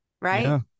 right